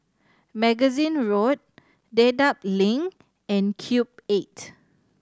Magazine Road Dedap Link and Cube Eight